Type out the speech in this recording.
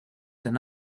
than